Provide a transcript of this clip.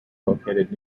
located